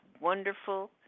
wonderful